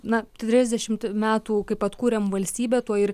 na trisdešimt metų kaip atkūrėm valstybę tuoj ir